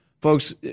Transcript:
Folks